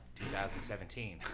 2017